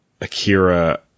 Akira